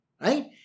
Right